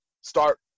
start